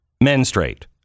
menstruate